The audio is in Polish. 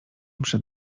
przed